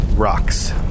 Rocks